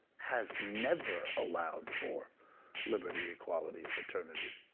has never allowed for liberty, equality, fraternity,